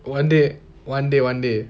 one day one day one day